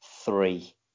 three